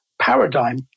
paradigm